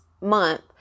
month